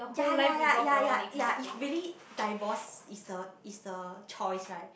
ya ya ya ya ya ya if really divorce is the is the choice right